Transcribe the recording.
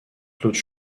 claude